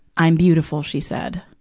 i'm beautiful she said.